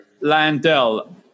Landell